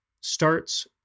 starts